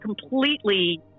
completely